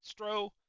Stro